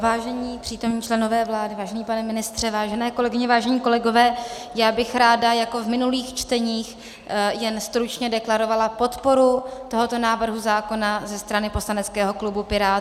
Vážení přítomní členové vlády, vážený pane ministře, vážené kolegyně, vážení kolegové, já bych ráda jako v minulých čteních jen stručně deklarovala podporu tohoto návrhu zákona ze strany poslaneckého klubu Pirátů.